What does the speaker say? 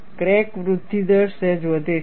crack વૃદ્ધિ દર સહેજ વધે છે